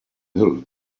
hill